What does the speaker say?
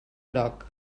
groc